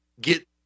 get